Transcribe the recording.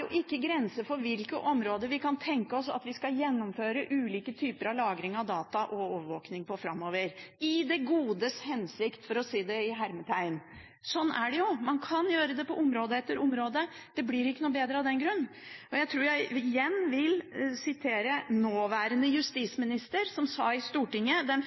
ikke grenser for på hvilke områder vi kan tenke oss at vi skal gjennomføre ulike typer av lagring av data og overvåkning framover – «i det godes hensikt». Sånn er det jo. Man kan gjøre det på område etter område. Det blir ikke noe bedre av den grunn. Jeg vil igjen sitere nåværende justisminister, som i Stortinget den